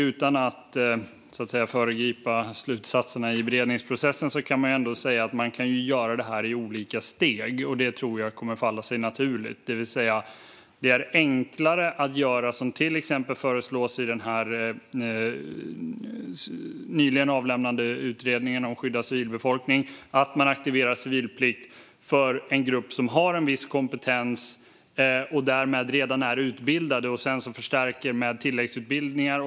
Utan att föregripa slutsatserna i beredningsprocessen kan jag säga att man kan göra detta i olika steg, och jag tror att det kommer att falla sig naturligt. Det är alltså enklare att göra det som till exempel föreslås i den nyligen avlämnade utredningen om att skydda civilbefolkningen: att man aktiverar civilplikt för en grupp som har en viss kompetens och därmed redan är utbildad och sedan förstärker med tilläggsutbildningar.